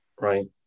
Right